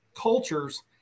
cultures